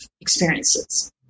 experiences